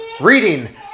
reading